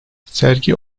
sergi